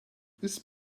this